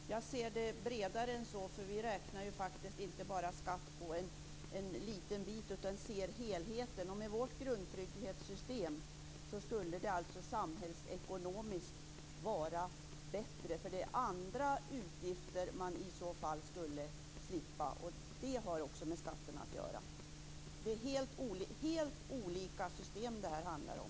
Herr talman! Jag ser det bredare än så. Vi räknar faktiskt inte bara skatt på en liten bit utan ser helheten. Med vårt grundtrygghetssystem skulle det samhällsekonomiskt vara bättre eftersom det är andra utgifter man i så fall skulle slippa. Det har också med skatterna att göra. Det är helt olika system det handlar om.